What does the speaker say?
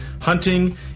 hunting